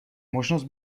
možnost